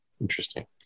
Interesting